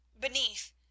Beneath